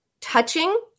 touching